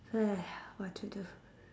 !haiya! what to do